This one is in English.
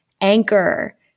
Anchor